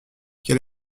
quel